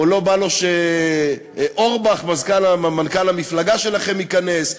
או לא בא לו שאורבך, מנכ"ל המפלגה שלכם, ייכנס?